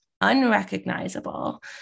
unrecognizable